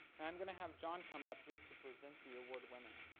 and am going to have john come up here to present the award winner.